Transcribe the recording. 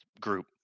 group